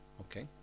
Okay